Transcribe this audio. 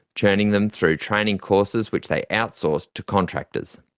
churning them through training courses which they outsourced to contractors.